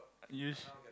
use